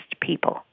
people